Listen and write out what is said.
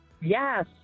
Yes